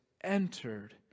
entered